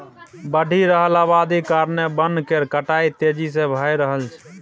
बढ़ि रहल अबादी कारणेँ बन केर कटाई तेजी से भए रहल छै